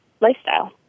lifestyle